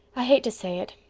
i hate to say it.